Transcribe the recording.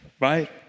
right